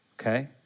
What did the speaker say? Okay